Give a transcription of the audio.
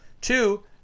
Two